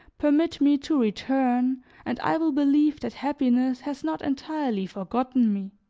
permit me to return and i will believe that happiness has not entirely forgotten me.